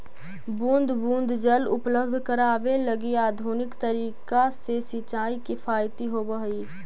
बूंद बूंद जल उपलब्ध करावे लगी आधुनिक तरीका से सिंचाई किफायती होवऽ हइ